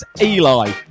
Eli